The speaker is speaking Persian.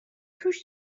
توش